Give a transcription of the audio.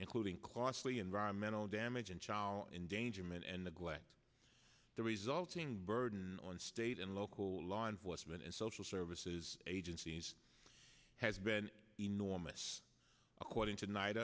including costly environmental damage and child endangerment and the glad the resulting burden on state and local law enforcement and social services agencies has been enormous according to night